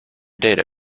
data